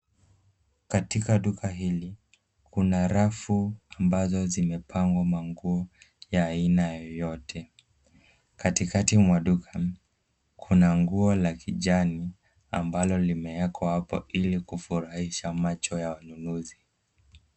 Katika duka hili, kuna rafu ambazo zimepangwa nguo za aina yoyote. Katikati mwa duka, kuna nguo la kijani, ambalo limewekwa hapo ili kufurahisha macho ya wanunuzi.